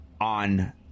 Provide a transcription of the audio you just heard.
on